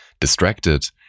distracted